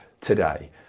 today